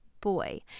boy